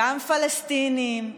גם פלסטינים,